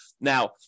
Now